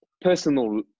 personal